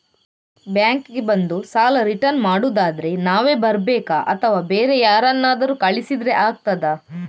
Bank ಗೆ ಬಂದು ಸಾಲ ರಿಟರ್ನ್ ಮಾಡುದಾದ್ರೆ ನಾವೇ ಬರ್ಬೇಕಾ ಅಥವಾ ಬೇರೆ ಯಾರನ್ನಾದ್ರೂ ಕಳಿಸಿದ್ರೆ ಆಗ್ತದಾ?